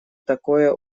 такое